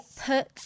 put